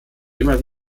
immer